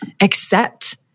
accept